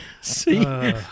See